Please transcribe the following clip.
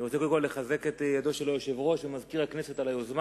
אני רוצה קודם כול לחזק את ידי היושב-ראש ומזכיר הכנסת על היוזמה.